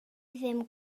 ddim